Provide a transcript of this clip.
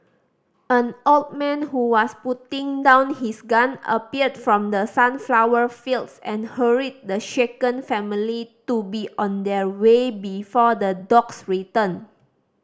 an old man who was putting down his gun appeared from the sunflower fields and hurried the shaken family to be on their way before the dogs return